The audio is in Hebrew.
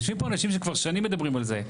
יושבים פה אנשים שכבר שנים מדברים על זה.